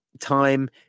time